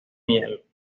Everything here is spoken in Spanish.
miel